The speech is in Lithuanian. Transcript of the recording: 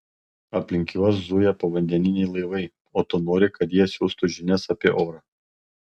aplink juos zuja povandeniniai laivai o tu nori kad jie siųstų žinias apie orą